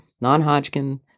non-Hodgkin